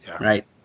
right